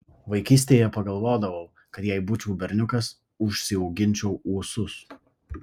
vaikystėje pagalvodavau kad jei būčiau berniukas užsiauginčiau ūsus